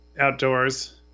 outdoors